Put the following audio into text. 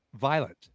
violent